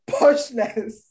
poshness